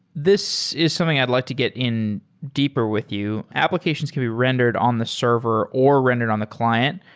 this is something i'd like to get in deeper with you. applications can be rendered on the server or rendered on the client.